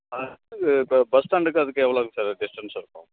இப்போ பஸ் ஸ்டாண்டுக்கும் அதுக்கும் எவ்வளோ சார் டிஸ்டன்ஸ் இருக்கும்